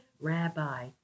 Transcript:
Rabbi